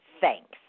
thanks